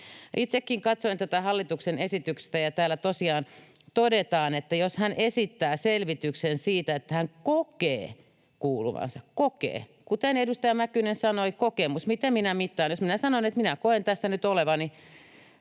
Itsekin katsoin tätä hallituksen esitystä, ja täällä tosiaan todetaan, että voi esittää selvityksen siitä, että kokee kuuluvansa — kokee — ja kuten edustaja Mäkynen sanoi, miten minä mittaan: jos minä sanon, että minä koen tässä nyt olevani